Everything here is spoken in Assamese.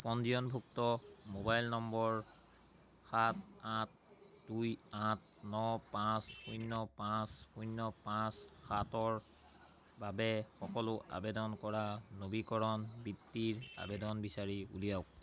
পঞ্জীয়নভুক্ত মোবাইল নম্বৰ সাত আঠ দুই আঠ ন পাঁচ শূন্য় পাঁচ শূন্য় পাঁচ সাতৰ বাবে সকলো আবেদন কৰা নবীকৰণ বৃত্তিৰ আবেদন বিচাৰি উলিয়াওক